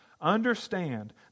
Understand